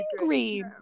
angry